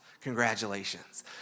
congratulations